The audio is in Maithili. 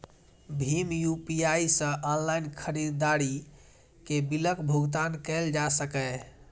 भीम यू.पी.आई सं ऑनलाइन खरीदारी के बिलक भुगतान कैल जा सकैए